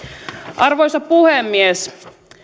arvoisa puhemies